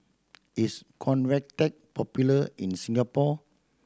is Convatec popular in Singapore